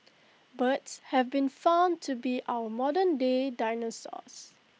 birds have been found to be our modernday dinosaurs